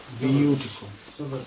Beautiful